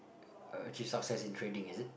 uh achieve success in trading is it